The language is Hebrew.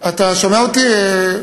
אתה שומע אותי?